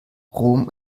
rom